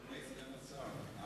אדוני סגן השר,